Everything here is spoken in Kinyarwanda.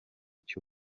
cyo